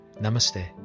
namaste